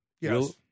Yes